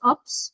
Ops